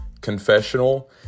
confessional